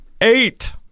Eight